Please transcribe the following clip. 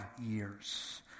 years